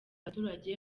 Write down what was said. abaturage